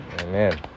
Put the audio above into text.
Amen